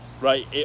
Right